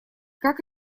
как